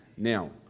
Now